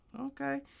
okay